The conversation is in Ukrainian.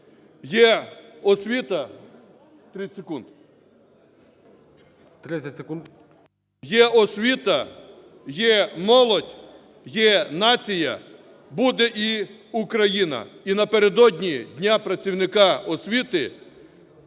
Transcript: Є освіта, є молодь, є нація – буде і Україна. І напередодні Дня працівника освіти